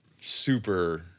super